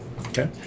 okay